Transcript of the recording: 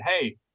hey